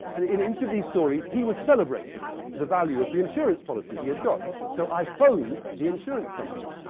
and in each of these stories he was celebrating the value of the insurance policy he had got. so i phoned the insurance company.